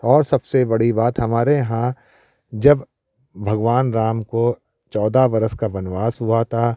और सबसे बड़ी बात हमारे यहाँ जब भगवान राम को चौदह वर्ष का वनवास हुआ था